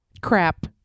Crap